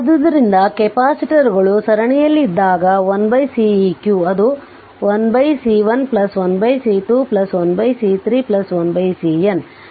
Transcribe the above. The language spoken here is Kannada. ಆದ್ದರಿಂದ ಕೆಪಾಸಿಟರ್ಗಳು ಸರಣಿಯಲ್ಲಿದ್ದಾಗ 1Ceq ಅದು 1C1 1C2 1C3 1CN